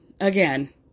Again